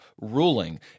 ruling